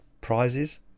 prizes